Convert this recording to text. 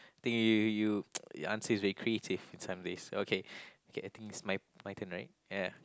think you you your answer is very creative time base okay okay I think it's my my turn right ya